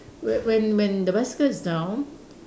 when when when the bicycle is down